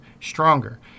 stronger